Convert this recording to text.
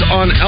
on